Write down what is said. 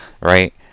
right